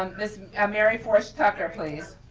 um miss um mary forrest tucker, please.